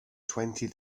twenty